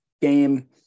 game